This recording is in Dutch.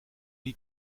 die